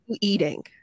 eating